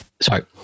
Sorry